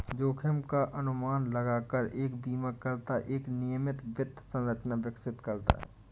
जोखिम का अनुमान लगाकर एक बीमाकर्ता एक नियमित वित्त संरचना विकसित करता है